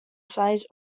seis